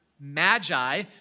magi